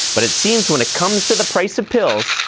but it seems when it comes to the price of pills,